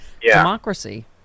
democracy